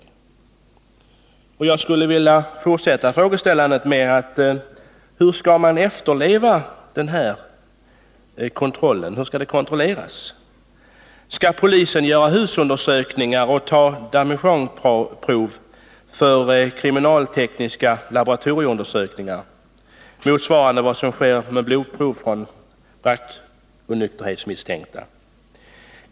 Jag skulle vilja fortsätta och ställa följande fråga: Hur skall man efterleva den här bestämmelsen? Hur skall den kontrolleras? Skall polisen göra husundersökning och ta damejeanneprov för kriminalteknisk laboratorieutredning, motsvarande vad som sker med blodprov från rattonykterhetsmisstänkta?